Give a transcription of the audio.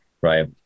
Right